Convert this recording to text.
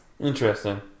Interesting